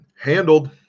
handled